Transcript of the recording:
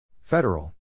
Federal